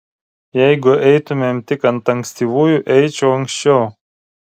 jeigu eitumėm tik ant ankstyvųjų eičiau anksčiau